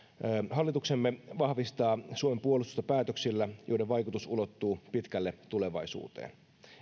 hallituksemme vahvistaa suomen puolustusta päätöksillä joiden vaikutus ulottuu pitkälle tulevaisuuteen